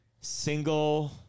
single